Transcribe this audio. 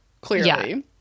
clearly